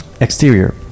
Exterior